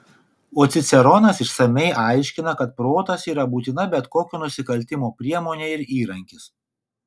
o ciceronas išsamiai aiškina kad protas yra būtina bet kokio nusikaltimo priemonė ir įrankis